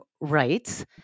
right